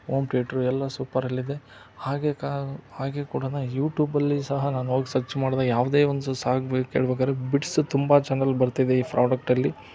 ಹೋಮ್ಟೇಟ್ರು ಎಲ್ಲ ಸೂಪ್ಪರಲ್ಲಿದೆ ಹಾಗೇ ಕಾ ಹಾಗೇ ಕೂಡ ನಾನು ಯೂಟ್ಯೂಬಲ್ಲಿ ಸಹ ನಾನು ಹೋಗಿ ಸರ್ಚ್ ಮಾಡ್ದಾಗ ಯಾವುದೇ ಒಂದು ಸಾಂಗು ಕೇಳ್ಬೇಕಾದ್ರೂ ಬಿಟ್ಸು ತುಂಬ ಚನಲ್ ಬರ್ತಿದೆ ಈ ಫ್ರಾಡಕ್ಟಲ್ಲಿ